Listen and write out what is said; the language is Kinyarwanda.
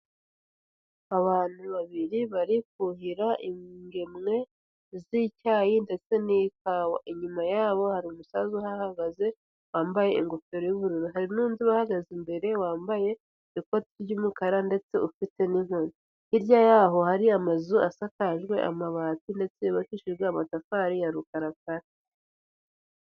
Abantu babiri bari kuhira ingemwe z'icyayi ndetse n'ikawa; inyuma yabo hari umusaza uhagaze wambaye ingofero y'ubururu, hari n'undi uhagaze imbere wambaye ikoti ry'umukara ndetse ufite n'inkoni, hirya y'aho hari amazu asakajwe amabati ndetse yubakishijwe amatafari ya rukarakara.